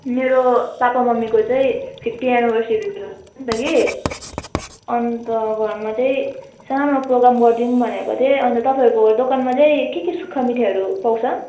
मेरो पापा मम्मीको चाहिँ फिफ्टी एनिभर्सरी थियो नि त कि अन्त घरमा चाहिँ सानो प्रोगाम गरिदिउँ भनेको थिएँ अन्त तपाईँहरूको दोकानमा चाहिँ के के सुक्खा मिठाईहरू पाउँछ